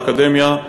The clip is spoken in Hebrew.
לאקדמיה,